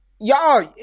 y'all